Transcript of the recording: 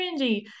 cringy